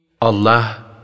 Allah